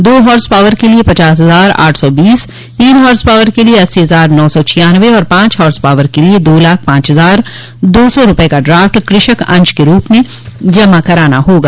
दो horse power के लिए पचास हजार आठ सौ बीस तीन हार्स पॉवर के लिए अस्सी हजार नौ सौ छियानवे तथा पांच हार्स पॉवर के लिए दो लाख पांच हजार दो सौ रूपये का ड्राफ्ट कृषक अंश के रूप में जमा कराना होगा